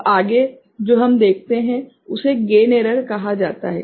अब आगे जो हम देखते हैं उसे गेन एरर कहा जाता है